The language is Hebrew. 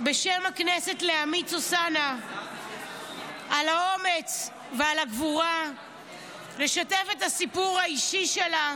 בשם הכנסת לעמית סוסנה על האומץ ועל הגבורה לשתף את הסיפור האישי שלה